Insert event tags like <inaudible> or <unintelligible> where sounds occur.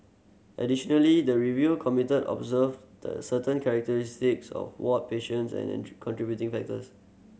additionally the review committee observed the certain characteristics of ward patients and <unintelligible> contributing factors